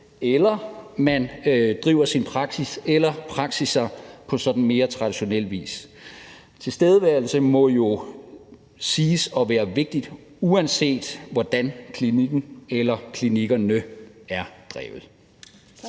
eller om man driver sin praksis eller sine praksisser på sådan mere traditionel vis. Tilstedeværelse må jo siges at være vigtigt, uanset hvordan klinikken eller klinikkerne er drevet.